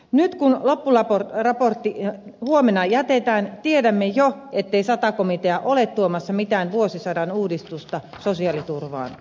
nyt kun loppuraportti huomenna jätetään tiedämme jo ettei sata komitea ole tuomassa mitään vuosisadan uudistusta sosiaaliturvaan